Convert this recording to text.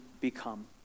become